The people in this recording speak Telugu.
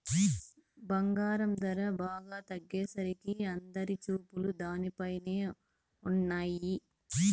బంగారం ధర బాగా తగ్గేసరికి అందరి చూపులు దానిపైనే ఉన్నయ్యి